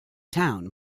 town